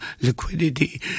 liquidity